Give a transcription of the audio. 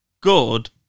Good